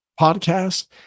podcast